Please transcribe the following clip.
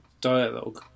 dialogue